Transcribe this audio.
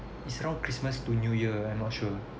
it's around christmas to new year I'm not sure